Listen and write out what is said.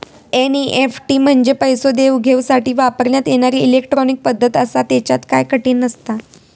NEFT म्हंजे पैसो देवघेवसाठी वापरण्यात येणारी इलेट्रॉनिक पद्धत आसा, त्येच्यात काय कठीण नसता